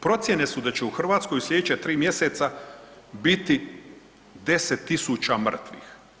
Procjene su da će u Hrvatskoj u sljedeća tri mjeseca biti 10 000 mrtvih.